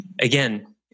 again